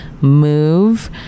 move